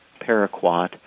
paraquat